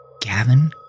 Gavin